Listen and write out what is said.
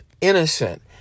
innocent